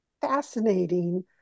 fascinating